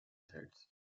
threats